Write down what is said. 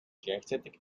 gleichzeitig